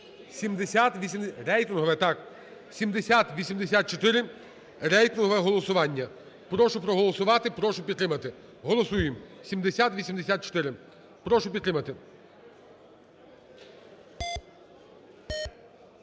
7084 - рейтингове голосування. Прошу проголосувати, прошу підтримати. Голосуємо 7084. Прошу підтримати.